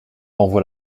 renvoie